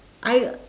I